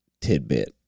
tidbit